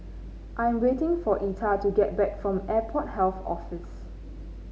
I'm waiting for Etta to get back from Airport Health Office